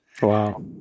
Wow